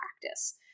practice